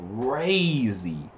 crazy